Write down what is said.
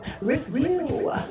Review